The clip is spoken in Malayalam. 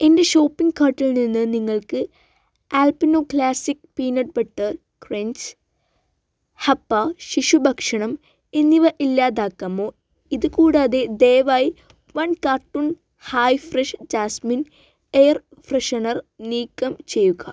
എന്റെ ഷോപ്പിംഗ് കാർട്ടിൽ നിന്ന് നിങ്ങൾക്ക് Alpino classic peanut butter crunch ഹപ്പ ശിശു ഭക്ഷണം എന്നിവ ഇല്ലാതാക്കാമോ ഇത് കൂടാതെ ദയവായി one carton hi fresh jasmine air freshener നീക്കം ചെയ്യുക